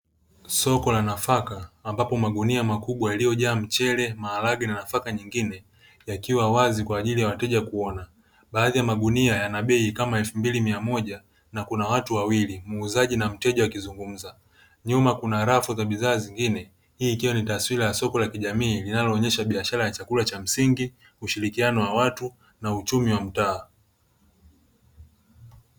Soko la nafaka ambapo magunia makubwa yaliyojaa mchele, maharage na nafaka nyingine. Yakiwa wazi kwa ajili ya wateja kuona, baadhi ya magunia yana bei kama elfu mbili mia moja na kuna watu wawili muuzaji na mteja wakizungumza. Nyuma kuna rafu za bidhaa nyingine, hii ikiwa ni taswira ya soko la kijamii linaloonesha biashara ya chakula cha msingi, ushirikiano wa watu na uchumi wa mtaa.